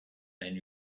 and